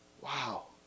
Wow